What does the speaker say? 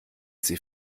sie